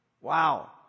Wow